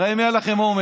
הרי אם היה לכם אומץ